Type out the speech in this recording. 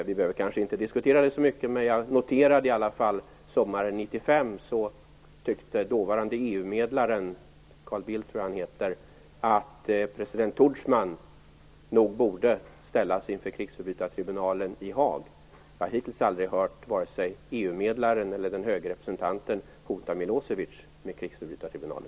Vi behöver kanske inte diskutera det så mycket, men jag noterade i alla fall att dåvarande EU-medlaren, Carl Bildt tror jag att han heter, sommaren 1995 tyckte att president Tudjman nog borde ställas inför krigsförbrytartribunalen i Haag. Jag har hittills aldrig hört vare sig EU medlaren eller Den höge representanten hota Milosevic med krigsförbrytartribunalen.